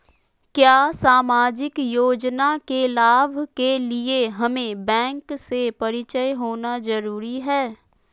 क्या सामाजिक योजना के लाभ के लिए हमें बैंक से परिचय होना जरूरी है?